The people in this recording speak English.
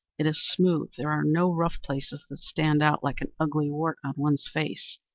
it is smooth, there are no rough places that stand out like an ugly wart on one's face.